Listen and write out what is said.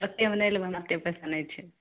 अतेकमे नहि लेबैनि अतेक पैसा नहि छै